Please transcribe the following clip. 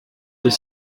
deux